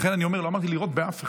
לכן, אני אומר: לא אמרתי לירות באף אחד.